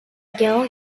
mcgill